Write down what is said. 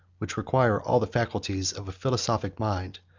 which required all the faculties of a philosophic mind,